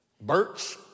Birch